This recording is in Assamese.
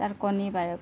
তাত কণী পাৰে